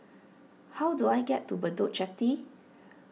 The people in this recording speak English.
how do I get to Bedok Jetty